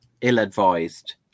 ill-advised